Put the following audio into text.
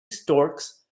storks